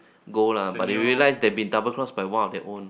gold lah but they realize they've been double crossed by one of their own